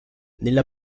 nella